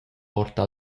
porta